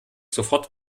sofort